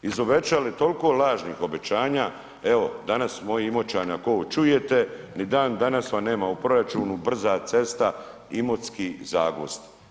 Izobećali toliko lažnih obećanja, evo danas moji Imoćana, ako ovo čujete, ni dan danas vam nema u proračunu brza cesta Imotski-Zagvozd.